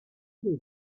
does